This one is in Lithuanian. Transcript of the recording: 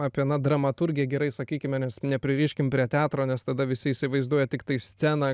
apie na dramaturgiją gerai sakykime nepririškime prie teatro nes tada visi įsivaizduoja tiktais sceną